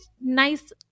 nice